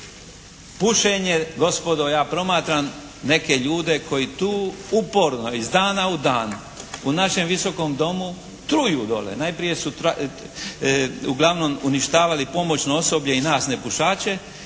Pušenje, gospodo ja promatram neke ljude koji tu uporno iz dana u dan u našem Visokom domu truju dole. Najprije su uglavnom uništavali pomoćno osoblje i nas nepušače,